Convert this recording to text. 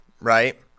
right